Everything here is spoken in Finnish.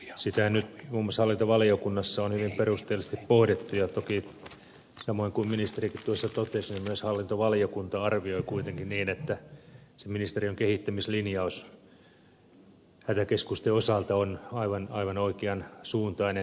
sitä nyt muun muassa hallintovaliokunnassa on hyvin perusteellisesti pohdittu ja toki samoin kuin ministerikin totesi myös hallintovaliokunta arvioi kuitenkin niin että se ministeriön kehittämislinjaus hätäkeskusten osalta on aivan oikean suuntainen